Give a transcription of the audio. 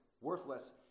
worthless